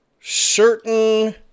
certain